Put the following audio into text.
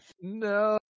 No